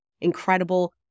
incredible